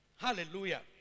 Hallelujah